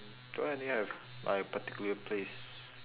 don't really have like a particular place